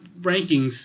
rankings